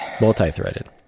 multi-threaded